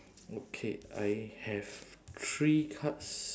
okay I have three cards